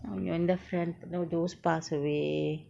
எந்த:entha friend you know those pass away